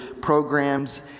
programs